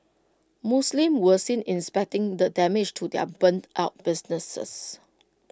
Muslims were seen inspecting the damage to their burnt out businesses